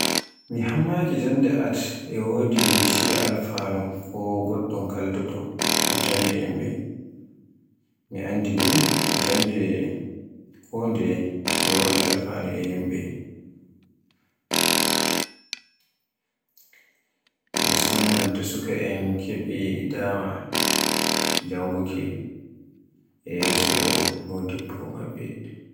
Mi hammaki jannde art e wodi shiya alfanu ko goddum kalluɗun e jonde yimɓe. Mi anndi ni jannde kondeye e wodi alfanu e yimɓe. Musamman to sukaen keɓi dama jannguki e yeso modibbo maɓɓe.